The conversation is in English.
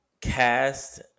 cast